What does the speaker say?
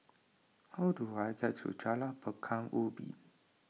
how do I get to Jalan Pekan Ubin